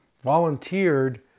volunteered